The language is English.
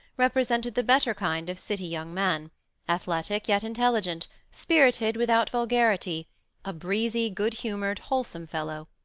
represented the better kind of city young man athletic, yet intelligent, spirited without vulgarity a breezy, good-humoured, wholesome fellow.